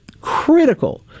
critical